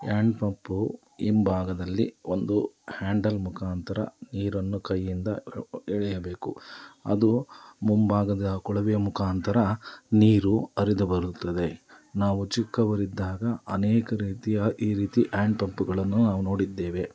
and pump ಹಿಂಭಾಗದಲ್ಲಿ ಒಂದು handle ಮುಖಾಂತರ ನೀರನ್ನು ಕೈಯಿಂದ ಎಳೆಯಬೇಕು ಅದು ಮುಂಭಾಗದ ಕೊಳವೆಯ ಮುಖಾಂತರ ನೀರು ಹರಿದು ಬರುತ್ತದೆ ನಾವು ಚಿಕ್ಕವರಿದ್ದಾಗ ಅನೇಕ ರೀತಿಯ ಈ ರೀತಿ ಆ್ಯಂಡ್ ಪಂಪುಗಳನ್ನು ನಾವು ನೋಡಿದ್ದೇವೆ